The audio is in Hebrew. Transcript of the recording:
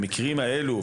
לפעול במקרים האלה.